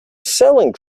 selling